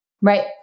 Right